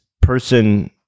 person